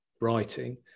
writing